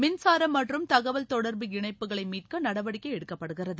மின்சாரம் மற்றும் தகவல் தொடர்பு இணைப்புகளை மீட்க நடவடிக்கை எடுக்கப்படுகிறது